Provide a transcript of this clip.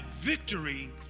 victory